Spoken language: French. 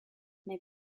mais